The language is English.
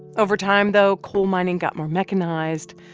over time, though, coal mining got more mechanized.